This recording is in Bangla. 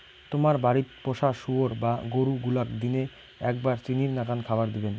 তোমার বাড়িত পোষা শুয়োর বা গরু গুলাক দিনে এ্যাকবার চিনির নাকান খাবার দিবেন